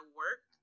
work